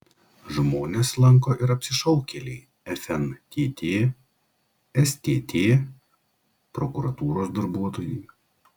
žmones lanko ir apsišaukėliai fntt stt prokuratūros darbuotojai